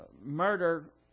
murder